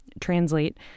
translate